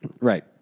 Right